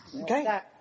Okay